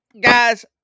Guys